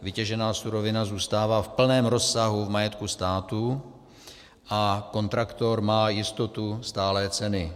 Vytěžená surovina zůstává v plném rozsahu v majetku státu a kontraktor má jistotu stálé ceny.